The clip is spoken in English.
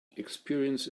experience